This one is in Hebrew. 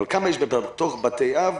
אבל כמה יש בתוך בתי אב,